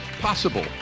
possible